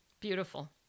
Beautiful